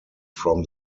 from